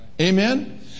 Amen